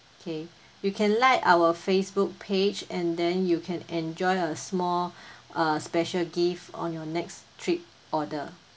K you can like our facebook page and then you can enjoy a small uh special gift on your next trip order